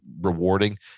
rewarding